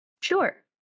Sure